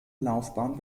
laufbahn